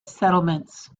settlements